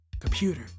computer